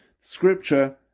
scripture